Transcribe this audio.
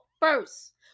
first